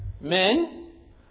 Men